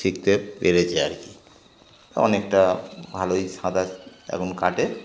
শিখতে পেরেছে আর কি অনেকটা ভালোই সাঁতার এখন কাটে